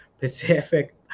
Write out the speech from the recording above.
Pacific